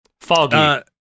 Foggy